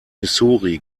missouri